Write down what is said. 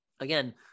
again